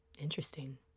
Interesting